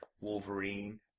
Wolverine